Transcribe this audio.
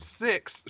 six